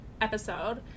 episode